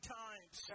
times